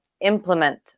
implement